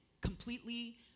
completely